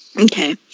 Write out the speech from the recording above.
Okay